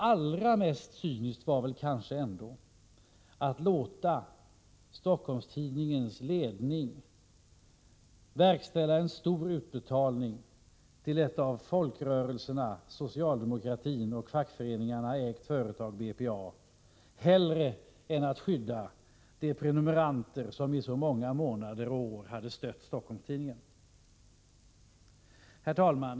Allra mest cyniskt var kanske att låta Stockholms-Tidningens ledning verkställa en stor utbetalning till ett av folkrörelserna, socialdemokratin och fackföreningarna ägt företag, BPA, hellre än att försöka skydda de prenumeranter som i flera år hade stött Stockholms-Tidningen. Herr talman!